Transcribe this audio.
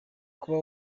kuba